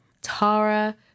Tara